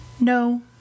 No